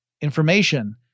information